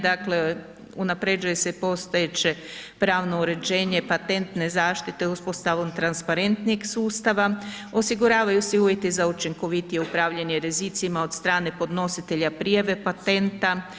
Dakle unapređuje se postojeće pravno uređenje patentne zaštite uspostavom transparentnijeg sustava, osiguravaju se uvjeti za učinkovitije upravljanje rizicima od strane podnositelja prijave patenta.